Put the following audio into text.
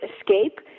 escape